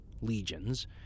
legions